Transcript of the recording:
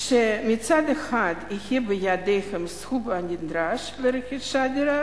כשמצד אחד יהיה בידיהם הסכום הנדרש לרכישת דירה